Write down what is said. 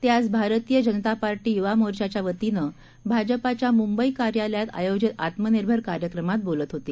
ते आज भारतीयजनतापार्टीयुवामोर्चाच्यावतीनंभाजपाच्यामुंबईकार्यालयातआयोजित आत्मनिर्भरकार्यक्रमातबोलत होते